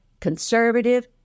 conservative